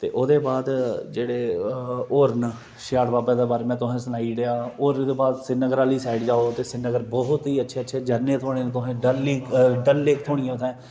ते ओह्दे बाद जेह्ड़े और न सिहाड़ बाबा दे बारे च में तुसें गी सनाई ओड़ेआ ते और ओह्दे बाद श्रीनगर आहली साइड जाओ श्रीनगर बहूुत ही अच्छा अच्छे झरने थ्होने न तुसें गी डल लेक थ्होनी ऐ उत्थै